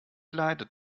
leidet